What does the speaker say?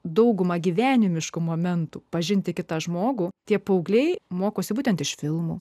dauguma gyvenimiškų momentų pažinti kitą žmogų tie paaugliai mokosi būtent iš filmų